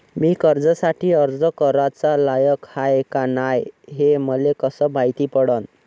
मी कर्जासाठी अर्ज कराचा लायक हाय का नाय हे मले कसं मायती पडन?